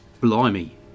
Blimey